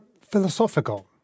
philosophical